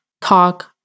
talk